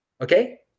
Okay